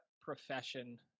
profession